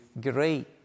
great